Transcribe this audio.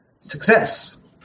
Success